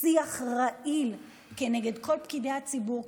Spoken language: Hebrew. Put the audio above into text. שיח רעיל כנגד כל פקידי הציבור,